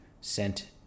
sent